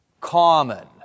common